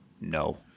no